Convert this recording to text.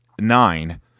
nine